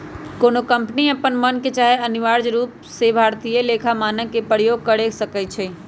कोनो कंपनी अप्पन मन से चाहे अनिवार्य रूप से भारतीय लेखा मानक के प्रयोग कर सकइ छै